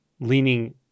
leaning